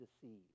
deceived